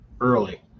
early